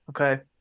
okay